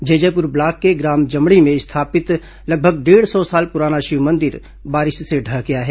Jaijaipur block के ग्राम जमड़ी में स्थापित डेढ़ सौ साल पुराना शिव मंदिर बारिश से ढह गया है